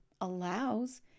allows